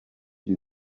you